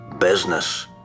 business